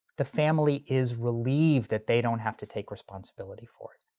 the family is relieved that they don't have to take responsibility for it.